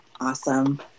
awesome